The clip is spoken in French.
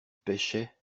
pêchait